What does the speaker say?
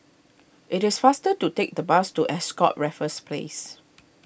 it is faster to take the bus to Ascott Raffles Place